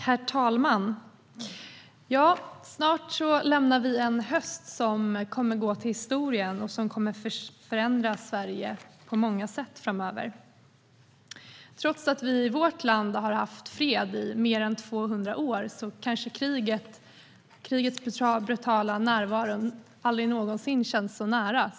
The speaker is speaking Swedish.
Herr talman! Snart lämnar vi en höst bakom oss som kommer att gå till historien och förändra Sverige på många sätt framöver. Trots att vi i vårt land har haft fred i mer än 200 år har vi kanske aldrig någonsin känt krigets brutala närvaro som vi gjort i år.